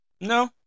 No